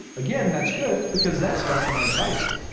again, that's good because that's less than our divisor.